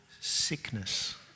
sickness